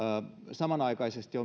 samanaikaisesti